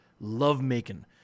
love-making